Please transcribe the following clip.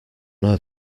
know